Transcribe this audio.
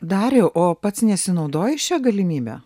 dariau o pats nesinaudoji šia galimybe